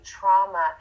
trauma